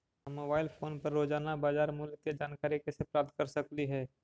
हम mobile phone पर रोजाना बाजार मूल्य के जानकारी कैसे प्राप्त कर सकली हे?